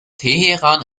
teheran